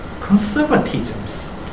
conservatism